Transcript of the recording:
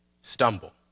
stumble